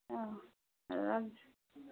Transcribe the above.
ଆଃ ରହୁଛୁ